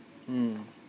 mm